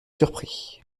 surpris